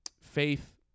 faith